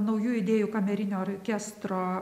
naujų idėjų kamerinio orkestro